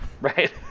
Right